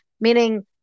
Meaning